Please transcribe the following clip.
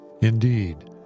Indeed